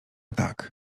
tak